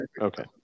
Okay